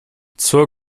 zur